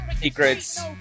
secrets